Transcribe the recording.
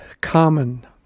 common